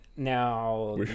Now